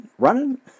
running